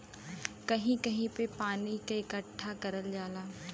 कहीं कहीं पे पानी के इकट्ठा करल जाला